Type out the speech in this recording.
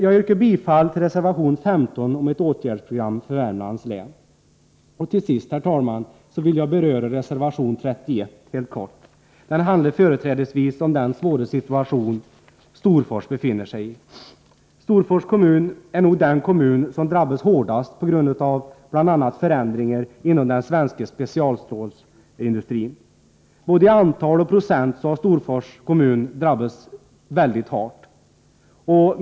Jag yrkar bifall till reservation 35 om ett åtgärdsprogram för Värmlands län. Till sist, herr talman, vill jag helt kort beröra reservation 31. Den handlar företrädesvis om den svåra situation Storfors befinner sig i. Storfors kommun är nog den kommun som drabbats hårdast på grund av bl.a. förändringar inom den svenska specialstålsindustrin. Både i antal och procent har Storfors kommun drabbats hårt.